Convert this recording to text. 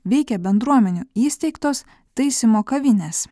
veikė bendruomenių įsteigtos taisymo kavinės